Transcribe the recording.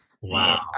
Wow